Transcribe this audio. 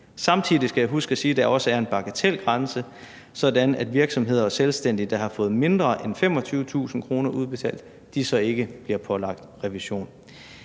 Samtidig skal jeg huske at sige, at der også er en bagatelgrænse, sådan at virksomheder og selvstændige, der har fået mindre end 25.000 kr. udbetalt, ikke bliver pålagt revision.